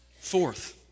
Fourth